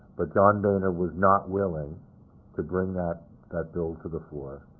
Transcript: but john boehner was not willing to bring that that bill to the floor,